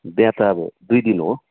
बिहा त अब दुई दिन हो